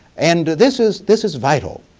and this is this is vital